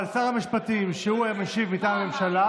אבל שר המשפטים, שהוא מביא מטעם הממשלה,